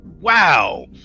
wow